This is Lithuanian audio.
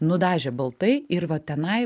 nudažė baltai ir va tenai